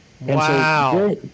Wow